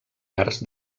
arts